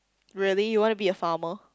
really you want to be a farmer